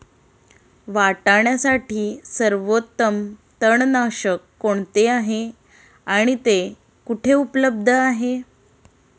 वाटाण्यासाठी सर्वोत्तम तणनाशक कोणते आहे आणि ते कुठे उपलब्ध आहे?